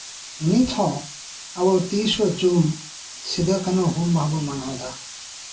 ᱱᱤᱛᱦᱚᱸ ᱟᱵᱚ ᱛᱤᱨᱤᱥᱟ ᱡᱩᱱ ᱦᱩᱞ ᱢᱟᱦᱟ ᱵᱚᱱ ᱢᱟᱱᱟᱣ ᱮᱫᱟ